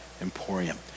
emporium